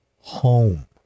home